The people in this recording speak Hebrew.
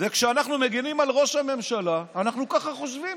וכשאנחנו מגינים על ראש הממשלה, אנחנו ככה חושבים.